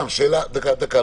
איריס שטרק, בבקשה.